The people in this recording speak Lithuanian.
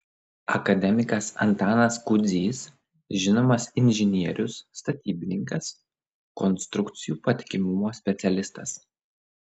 akademikas antanas kudzys žinomas inžinierius statybininkas konstrukcijų patikimumo specialistas